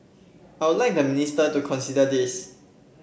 I'll like the minister to consider this